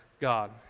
God